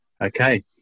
Okay